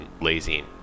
lazy